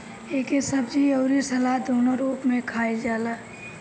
एके सब्जी अउरी सलाद दूनो रूप में खाईल जाला